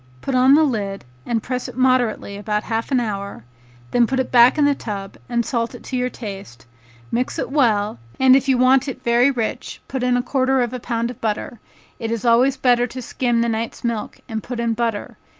put on the lid, and press it moderately about half an hour then put it back in the tub and salt it to your taste mix it well, and if you want it very rich put in a quarter of a pound of butter it is always better to skim the night's milk and put in butter,